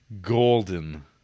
Golden